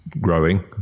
growing